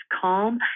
calm